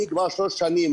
אני כבר שלוש שנים.